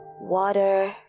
water